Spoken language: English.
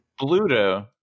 Bluto